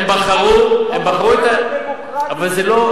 הם בחרו את, הדמוקרטי של הרוב.